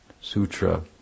Sutra